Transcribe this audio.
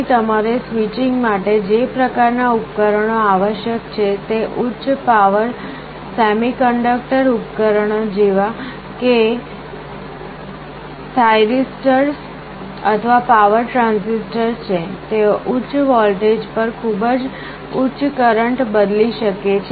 અહીં તમારે સ્વિચિંગ માટે જે પ્રકારનાં ઉપકરણો આવશ્યક છે તે છે ઉચ્ચ પાવર સેમિકન્ડક્ટર ઉપકરણો જેવા કે થાઇરીસ્ટર્સ અથવા પાવર ટ્રાન્ઝિસ્ટર છે તેઓ ઉચ્ચ વોલ્ટેજ પર ખૂબ જ ઉચ્ચ કરંટ બદલી શકે છે